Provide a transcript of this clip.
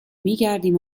میگردیم